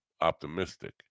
optimistic